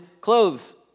clothes